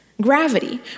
gravity